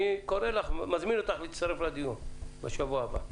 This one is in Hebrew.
אני מזמין אותך להצטרף לדיון בשבוע הבא.